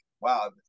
wow